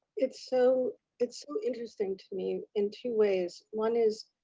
it's so it's so interesting to me in two ways, one is